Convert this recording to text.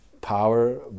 power